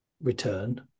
Return